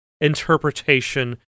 interpretation